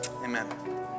amen